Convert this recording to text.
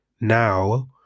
now